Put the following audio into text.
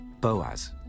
Boaz